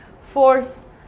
force